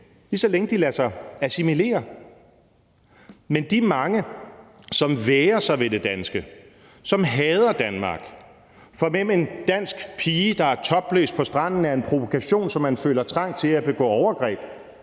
og så længe de lader sig assimilere. Men de mange, som værger sig ved det danske, som hader Danmark, for hvem en dansk pige, der er topløs på stranden, er en provokation, så de føler trang til at begå overgreb,